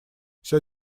все